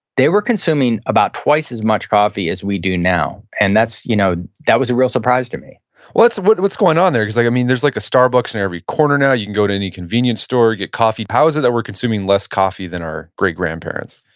they were consuming about twice as much coffee as we do now and that's, you know that was a real surprise to me what's what's going on there? cause like i mean, there's like a starbucks in every corner now, you can go to any convenience store, you get coffee, how is it that we're consuming less coffee than our great grandparents?